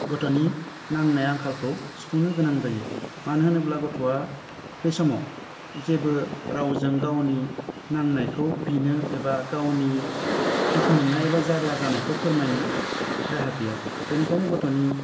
गथ'नि नांनाय आंखालखौ सुफुंनो गोनां जायो मानो होनोब्ला गथ'आ बे समाव जेबो रावजों गावनि नांनायखौ बिनो एबा गावनि दुखु मोन्नाय एबा जारला जानायखौ फोरमायनो राहा गैया बेनिखायनो गथ'नि